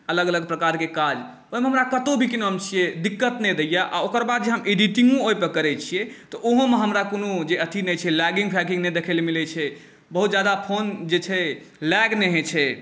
अलग अलग प्रकारके काज एहिमे हमरा कतहु भी कि नाम छिए दिक्कत नहि दैए ओकर बाद जे ओहिपर एडिटिङ्गो हम ओहिपर करैत छिए तऽ ओहोमे हमरा कोनो जे अथी नहि छै लैङ्गिङ्ग फैङ्गिङ्ग नहि देखैलए मिलै छै बहुत ज्यादा फोन जे छै लैग नहि होइ छै